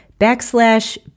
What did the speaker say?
backslash